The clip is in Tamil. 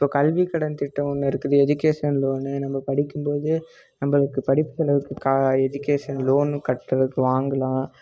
இப்போ கல்விக்கடன் திட்டம் ஒன்று இருக்குது எஜுகேஷன் லோன் நம்ம படிக்கும் போது நம்மளுக்கு படிப்பு செலவுக்கு கா எஜுகேஷன் லோன் கட்டுறதுக்கு வாங்கலாம்